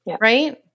Right